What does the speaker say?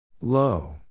Low